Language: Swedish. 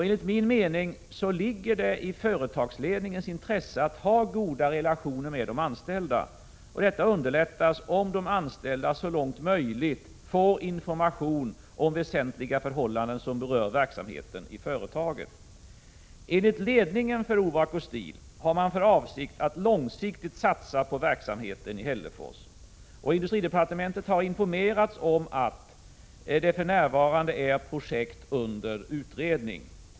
Enligt min mening ligger det i företagsledningens intresse att ha goda relationer till de anställda, och detta underlättas om de anställda så långt det är möjligt får information om väsentliga förhållanden som berör verksamheten i företaget. Enligt ledningen för Ovako Steel har man för avsikt att långsiktigt satsa på verksamheten i Hällefors. Industridepartementet har informerats om att projekt för närvarande är under utredning.